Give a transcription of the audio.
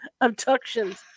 abductions